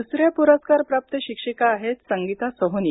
दुसऱ्या पुरस्कारप्राप्त शिक्षिका आहेत संगिता सोहोनी